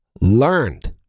learned